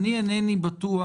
אינני בטוח